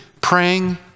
praying